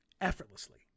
effortlessly